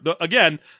again